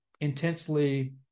intensely